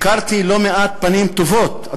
הכרתי לא מעט פנים טובות,